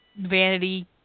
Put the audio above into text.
vanity